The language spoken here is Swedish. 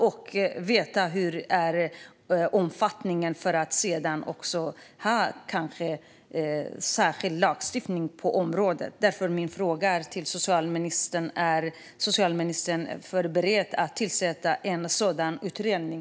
Vi behöver veta omfattningen för att sedan kanske ha en särskild lagstiftning på området. Därför är min fråga till socialministern: Är socialministern beredd att tillsätta en sådan utredning?